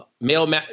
male